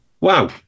Wow